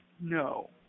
No